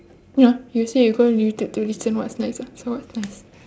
ya you say you go in youtube to listen what's nice [what] so what's nice